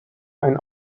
ein